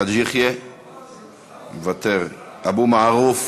חאג' יחיא, מוותר, אבו מערוף,